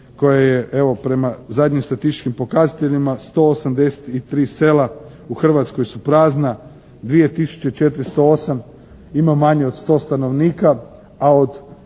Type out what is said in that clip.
koje je evo prema zadnjim statističkim pokazateljima 183 sela u Hrvatskoj su prazna. 2408 ima manje od sto stanovnika,